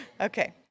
Okay